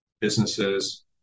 businesses